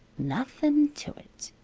nothin' to it.